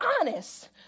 honest